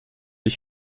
ich